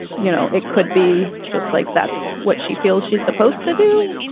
you know, it could be just like that's what she feels she's supposed to do.